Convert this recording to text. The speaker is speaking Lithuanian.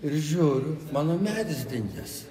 ir žiūriu mano medis dingęs